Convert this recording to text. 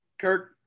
Kirk